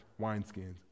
wineskins